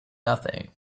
nothing